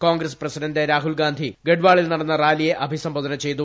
Congress president Rahul Gandhi ഗഡ്വാളിൽ നടന്ന റാലിയെ അഭിസംബോധന ചെയ്തു